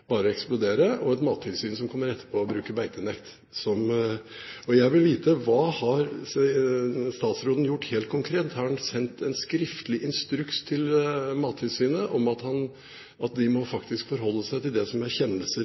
kommer etterpå og bruker beitenekt. Jeg vil vite: Hva har statsråden gjort helt konkret? Har han sendt en skriftlig instruks til Mattilsynet om at de faktisk må forholde seg til det som er kjennelser